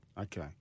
Okay